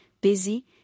busy